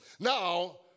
Now